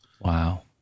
Wow